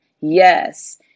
Yes